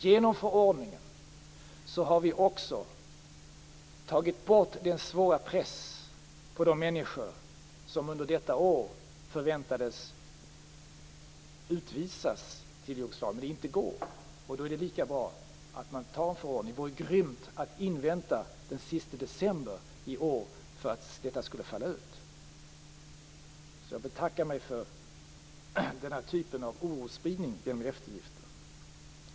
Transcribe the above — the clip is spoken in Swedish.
Genom förordningen har vi också tagit bort den svåra press på de människor som under detta år förväntades utvisas till Jugoslavien, vilket nu inte går att genomföra. Då är det lika bra att man antar förordningen. Det vore grymt att invänta den sista december i år för att detta skall falla ut. Jag betackar mig för den här typen av orosspridning och att man talar om eftergifter.